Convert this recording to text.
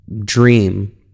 dream